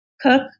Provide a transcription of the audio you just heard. Cook